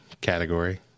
category